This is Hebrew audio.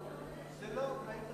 איטלקי,